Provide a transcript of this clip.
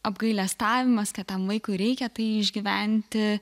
apgailestavimas kad tam vaikui reikia tai išgyventi